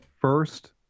First